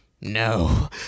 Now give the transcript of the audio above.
no